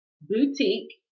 Boutique